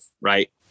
Right